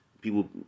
people